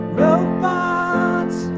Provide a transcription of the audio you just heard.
robots